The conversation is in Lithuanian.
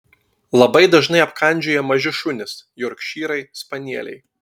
labai dažnai apkandžioja maži šunys jorkšyrai spanieliai